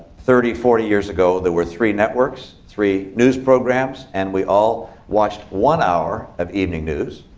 thirty, forty years ago, there were three networks, three news programs. and we all watched one hour of evening news.